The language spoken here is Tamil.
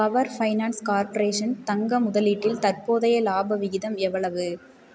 பவர் ஃபைனான்ஸ் கார்ப்ரேஷன் தங்க முதலீட்டில் தற்போதைய லாப விகிதம் எவ்வளவு